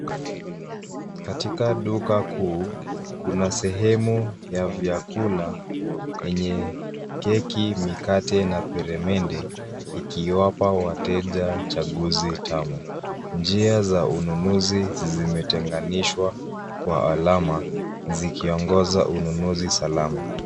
Katika duka kuu kuna sehemu ya vyakula yenye keki, mikate na peremende ikiwapa wateja chaguzi tamu. Njia za ununuzi zimetanganishwa kwa alama zikiongoza ununuzi salama.